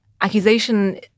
accusation